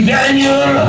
Daniel